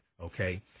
Okay